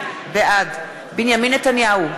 בעד בנימין נתניהו,